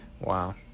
Wow